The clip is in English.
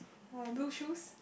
uh blue shoes